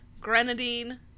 Grenadine